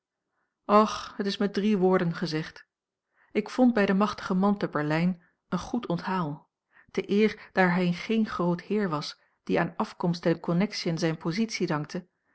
och het is met drie woorden gezegd ik vond bij den machtigen man te berlijn een goed onthaal te eer daar hij geen groot heer was die aan afkomst en connectiën zijne positie dankte